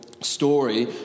story